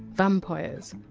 vampires,